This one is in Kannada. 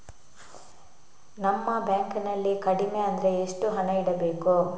ನಮ್ಮ ಬ್ಯಾಂಕ್ ನಲ್ಲಿ ಕಡಿಮೆ ಅಂದ್ರೆ ಎಷ್ಟು ಹಣ ಇಡಬೇಕು?